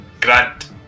Grant